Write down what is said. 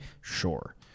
Sure